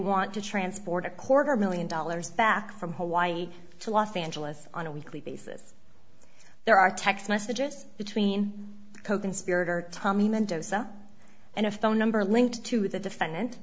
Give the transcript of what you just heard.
want to transport a quarter million dollars back from hawaii to los angeles on a weekly basis there are text messages between coconspirator tommy mendoza and a phone number linked to the defendant